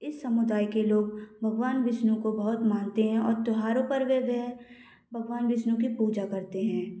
इस समुदाय के लोग भगवान विष्णु को बहुत मानते हैं और त्यौहारो पर वे वह भगवान विष्णु की पूजा करते हैं